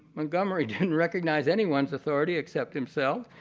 montgomery didn't recognize anyone's authority except himself.